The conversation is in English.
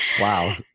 wow